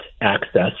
access